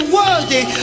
worthy